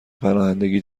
پناهندگی